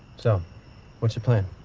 so what's your plan?